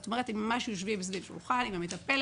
זאת אומרת, הם ממש יושבים סביב שולחן עם המטפלת,